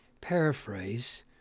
paraphrase